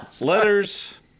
Letters